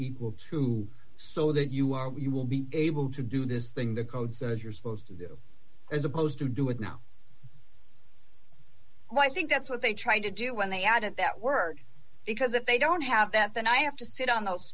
equal to so that you are you will be able to do this thing the code says you're supposed to do as opposed to do it now well i think that's what they tried to do when they added that word because if they don't have that then i have to sit on those